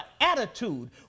attitude